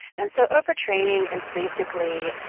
and so overtraining is basically,